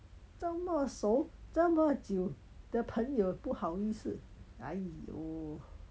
这么熟这么久的朋友不好意思 !aiyo!